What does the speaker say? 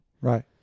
Right